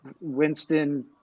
Winston